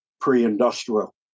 pre-industrial